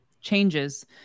changes